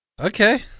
Okay